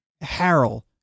Harold